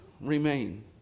remain